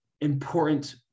important